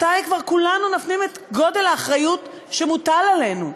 מתי כבר כולנו נפנים את גודל האחריות שמוטלת עלינו?